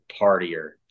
partier